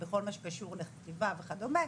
בכל מה שקשור לכתיבה וכדומה,